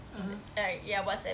(uh huh)